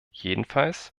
jedenfalls